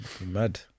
mad